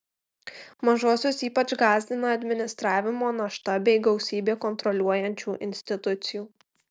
mažuosius ypač gąsdina administravimo našta bei gausybė kontroliuojančių institucijų